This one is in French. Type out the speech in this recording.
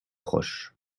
proche